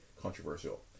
controversial